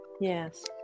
Yes